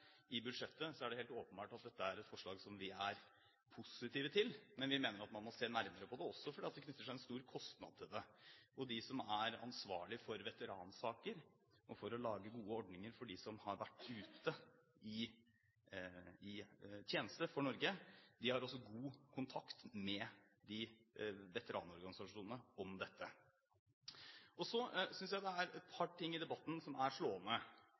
i budsjettet, er det helt åpenbart at dette er et forslag som vi er positive til, men vi mener at man må se nærmere på det, også fordi det knytter seg en stor kostnad til det. De som er ansvarlige for veteransaker og for å lage gode ordninger for dem som har vært ute i tjeneste for Norge, har også god kontakt med veteranorganisasjonene om dette. Så synes jeg det er et par ting i debatten som er slående.